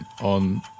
on